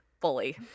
fully